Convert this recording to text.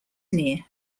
near